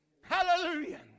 Hallelujah